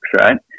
right